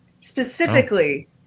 Specifically